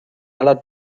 aller